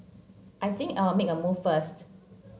I think I'll make a move first